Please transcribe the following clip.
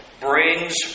brings